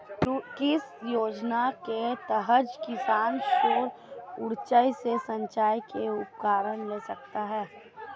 किस योजना के तहत किसान सौर ऊर्जा से सिंचाई के उपकरण ले सकता है?